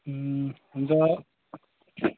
हुन्छ